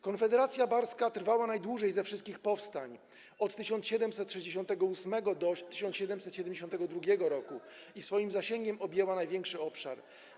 Konfederacja barska trwała najdłużej ze wszystkich powstań, od 1768 r. do 1772 r., i swoim zasięgiem objęła największy obszar.